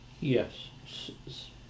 Yes